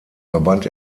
verband